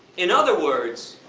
in other words,